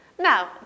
Now